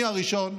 אני הראשון,